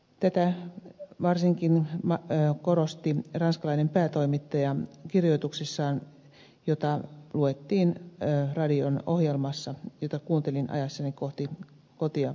tätä varsinkin korosti ranskalainen päätoimittaja kirjoituksessaan jota luettiin radion ohjelmassa jota kuuntelin ajaessani kohti kotia lahteen